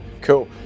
cool